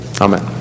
Amen